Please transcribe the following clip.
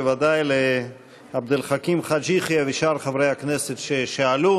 בוודאי לעבד אל חכים חאג' יחיא ושאר חברי הכנסת ששאלו.